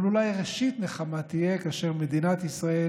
אבל אולי ראשית נחמה תהיה כאשר מדינת ישראל